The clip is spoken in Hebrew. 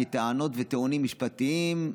מטענות וטיעונים משפטיים,